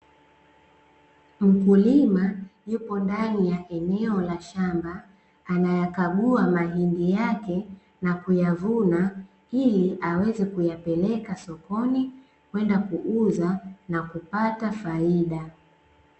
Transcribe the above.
Mkulima yupo ndani ya eneo la shamba, anayakagua mahindi yake na kuyavuna ili aweze kuyapeleka sokoni, kwenda kuuza na kupata faida.